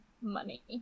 money